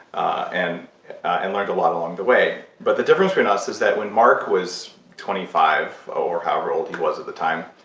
and and learned a lot along the way. but the difference between us is that when marc was twenty five or however old he was at the time,